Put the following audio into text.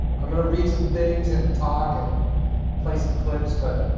i'm going to read some things, and talk, and play some clips. but